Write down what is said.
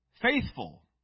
Faithful